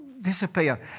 disappear